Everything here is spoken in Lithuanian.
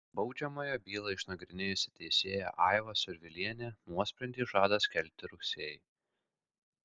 baudžiamąją bylą išnagrinėjusi teisėja aiva survilienė nuosprendį žada skelbti rugsėjį